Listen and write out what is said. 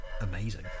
amazing